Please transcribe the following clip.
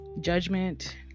judgment